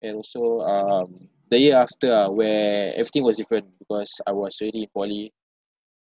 and also um the year after ah where everything was different because I was already in poly